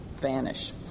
vanish